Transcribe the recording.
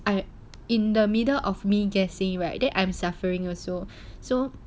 I in the middle of me guessing right then I am suffering also so